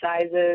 sizes